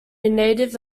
native